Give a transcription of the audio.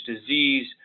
disease